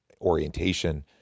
orientation